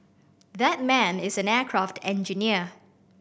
that man is an aircraft engineer